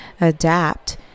adapt